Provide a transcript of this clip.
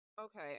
Okay